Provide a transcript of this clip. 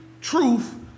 truth